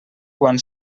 quan